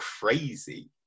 crazy